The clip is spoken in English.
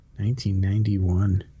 1991